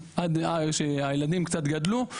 כשהילדים קצת גדלו,